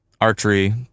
archery